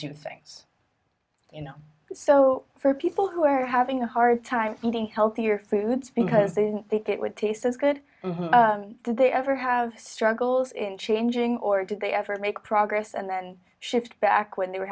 two things you know so for people who are having a hard time finding healthier foods because they think it would taste as good did they ever have struggles in changing or did they ever make progress and then shift back when they were